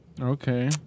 Okay